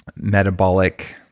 metabolic,